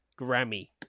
Grammy